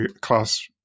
class